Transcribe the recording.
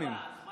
הוא ענה.